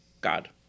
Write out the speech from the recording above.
God